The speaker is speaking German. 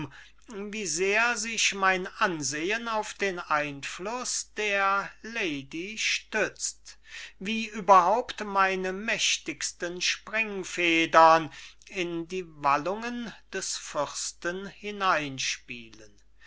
wie sehr sich mein ansehen auf den einfluß der lady stützt wie überhaupt meine mächtigsten springfedern in die wallungen des fürsten hineinspielen